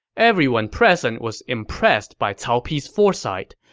everyone present was impressed by cao pi's foresight,